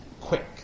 quick